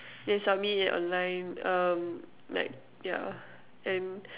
then submit it online um like yeah and